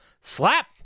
slap